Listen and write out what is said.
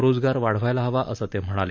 रोजगार वाढवायला हवा असं ते म्हणाले